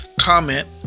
Comment